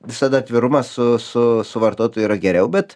visada atvirumas su su su vartotoju yra geriau bet